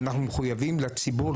אנחנו מחויבים לציבור,